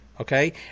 Okay